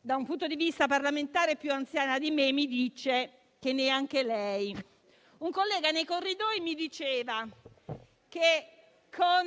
da un punto di vista parlamentare più anziana di me mi ha detto che neanche lei; un collega nei corridoi mi diceva che, con